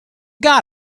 got